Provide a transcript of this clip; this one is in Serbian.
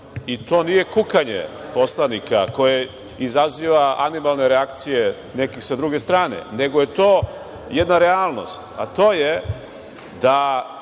i to nije kukanje poslanika koje izaziva animalne reakcije nekih sa druge strane, nego je to jedna realnost. To je da